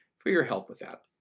for your help with that.